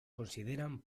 consideran